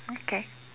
okay